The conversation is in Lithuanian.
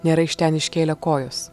nėra iš ten iškėlę kojos